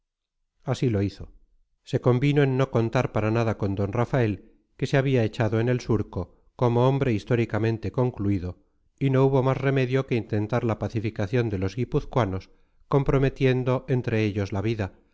así lo hizo se convino en no contar para nada con d rafael que se había echado en el surco como hombre históricamente concluido y no hubo más remedio que intentar la pacificación de los guipuzcoanos comprometiendo entre ellos la vida